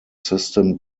system